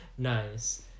nice